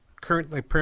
currently